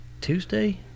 Tuesday